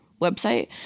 website